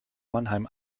mannheim